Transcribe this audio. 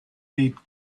need